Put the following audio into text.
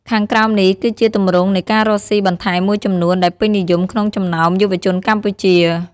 ខាងក្រោមនេះគឺជាទម្រង់នៃការរកស៊ីបន្ថែមមួយចំនួនដែលពេញនិយមក្នុងចំណោមយុវជនកម្ពុជា។